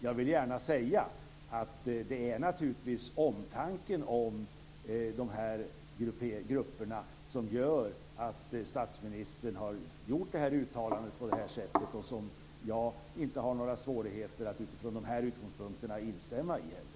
Jag vill gärna säga att det naturligtvis är omtanken om de här grupperna som gör att statsministern har gjort det här uttalandet, som jag utifrån de här utgångspunkterna inte heller har några svårigheter att instämma i.